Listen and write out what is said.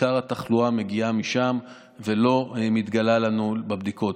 עיקר התחלואה מגיעה משם ולא מתגלה לנו בבדיקות,